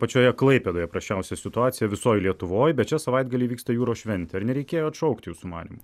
pačioje klaipėdoje prasčiausia situacija visoj lietuvoj bet čia savaitgalį vyksta jūros šventė ar nereikėjo atšaukti jūsų manymu